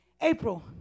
April